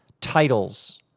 Titles